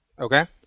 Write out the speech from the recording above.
Okay